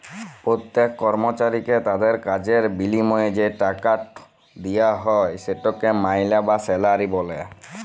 প্যত্তেক কর্মচারীকে তাদের কাজের বিলিময়ে যে টাকাট দিয়া হ্যয় সেটকে মাইলে বা স্যালারি ব্যলে